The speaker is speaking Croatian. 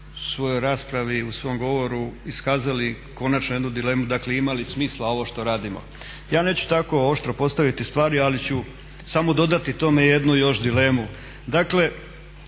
u svojoj raspravi, u svom govoru iskazali konačno jednu dilemu, dakle ima li smisla ovo što radimo. Ja neću tako oštro postaviti stvari, ali ću samo dodati tome jednu još dilemu